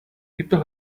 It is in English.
people